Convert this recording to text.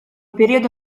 periodo